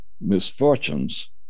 misfortunes